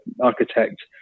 architect